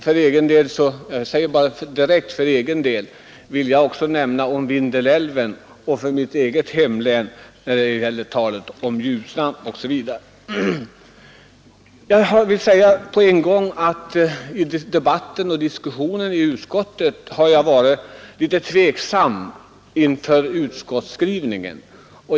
För egen del vill jag nämna Vindelälven och, när det gäller mitt eget hemlän, Ljusnan. Jag vill säga på en gång att under diskussionen i utskottet har jag varit litet tveksam inför utskottsskrivningen.